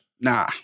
Nah